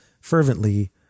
fervently